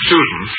Susan